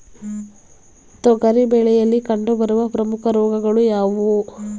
ತೊಗರಿ ಬೆಳೆಯಲ್ಲಿ ಕಂಡುಬರುವ ಪ್ರಮುಖ ರೋಗಗಳು ಯಾವುವು?